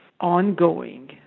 ongoing